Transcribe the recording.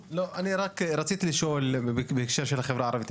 רציתי לשאול בהקשר של החברה הערבית.